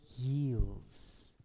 yields